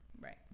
right